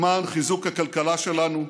למען חיזוק הכלכלה שלנו,